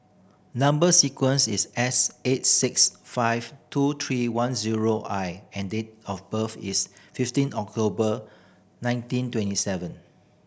number sequence is S eight six five two three one zero I and date of birth is fifteen October nineteen twenty seven